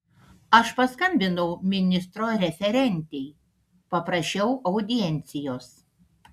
aš paskambinau ministro referentei paprašiau audiencijos